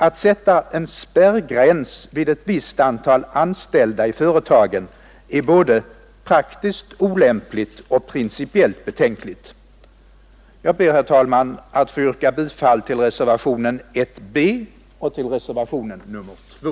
Att sätta en spärr — en gräns — vid ett visst antal anställda i företagen är både praktiskt olämpligt och principiellt betänkligt. Jag ber, herr talman, att få yrka bifall till reservationen 1 b och reservationen 2.